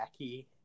wacky